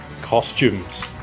costumes